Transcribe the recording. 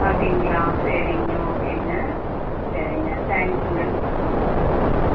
அப்படீங்களா சரிங்க ஓகேங்க சரிங்க தேங்க் யூங்க ஓகேங்க